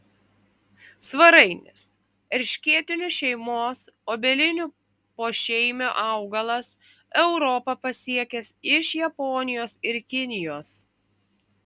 svarainis erškėtinių šeimos obelinių pošeimio augalas europą pasiekęs iš japonijos ir kinijos